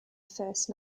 first